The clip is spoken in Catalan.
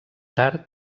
tard